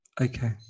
Okay